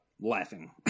laughing